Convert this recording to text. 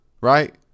Right